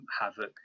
Havoc